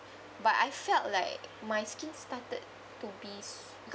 but I felt like my skin started to be s~ because